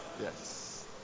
Yes